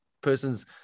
person's